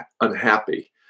unhappy